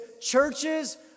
churches